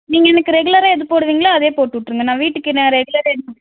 நீங்கள் எனக்கு ரெகுலராக எது போடுவீங்களோ அதே போட்டு விட்ருங்க நான் வீட்டுக்கு நான் ரெகுலராக